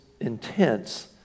intense